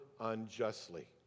unjustly